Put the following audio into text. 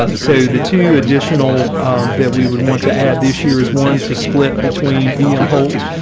um so the two additional that we would want to add this year is one to split between em holt